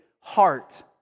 heart